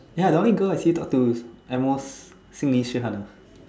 ya the only girl I see you talk to is at most Xin-Yi Shi-Han ah